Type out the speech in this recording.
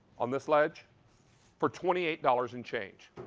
on this ledge for twenty dollars and change.